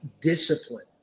discipline